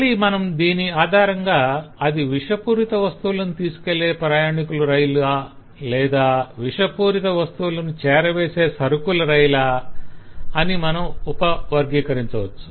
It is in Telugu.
మళ్ళీ మనం దీని ఆధారంగా అది విషపూరిత వస్తువులను తీసుకువెళ్ళే ప్రయాణీకుల రైలు లేదా విషపూరిత వస్తువులను చేరవేసే సరకుల రైలు అని మనం ఉప వర్గీకరించవచ్చు